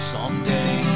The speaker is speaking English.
Someday